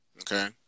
Okay